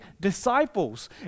disciples